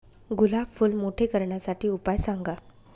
गुलाब फूल मोठे करण्यासाठी उपाय सांगा?